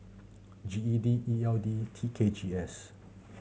G E D E L D T K G S